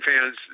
fans